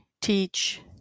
teach